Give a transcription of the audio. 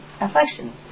affection